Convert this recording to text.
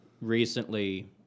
recently